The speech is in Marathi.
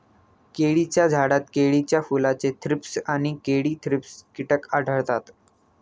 केळीच्या झाडात केळीच्या फुलाचे थ्रीप्स आणि केळी थ्रिप्स कीटक आढळतात